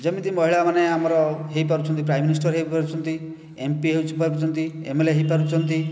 ଯେମିତି ମହିଳାମାନେ ଆମର ହୋଇପାରୁଛନ୍ତି ପ୍ରାଇମିନିଷ୍ଟର୍ ହୋଇପାରୁଛନ୍ତି ଏମପି ହୋଇପାରୁଛନ୍ତି ଏମଏଲଏ ହୋଇପାରୁଛନ୍ତି